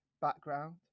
background